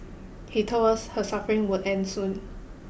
he told us her suffering would end soon